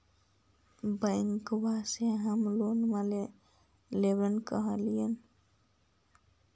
बैंकवा से हम लोन लेवेल कहलिऐ?